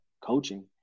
coaching